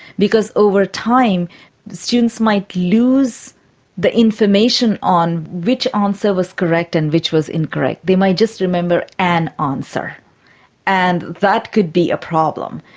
because over time students might lose the information on which answer was correct and which was incorrect, they might just remember an ah answer and that could be a problem.